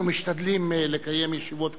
אנחנו משתדלים לקיים ישיבות כנסת.